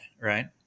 right